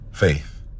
faith